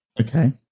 Okay